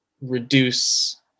reduce